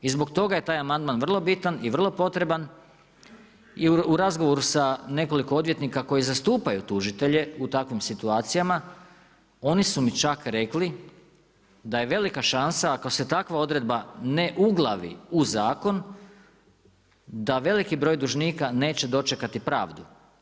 I zbog toga je taj amandman vrlo bitan i vrlo potreban i u razgovoru sa nekoliko odvjetnika koji zastupaju tužitelje u takvim situacijama, oni su mi čak rekli, da je velika šansa ako se takva odredba ne uglavi u zakon, da veliki broj dužnika neće dočekati pravdu.